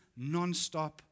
nonstop